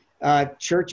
Church